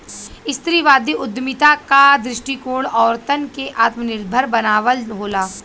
स्त्रीवादी उद्यमिता क दृष्टिकोण औरतन के आत्मनिर्भर बनावल होला